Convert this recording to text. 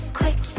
quick